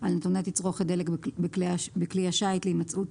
על נתוני תצרוכת דלק בכלי השיט להימצאות